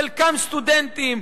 חלקם סטודנטים,